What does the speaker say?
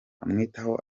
amwitaho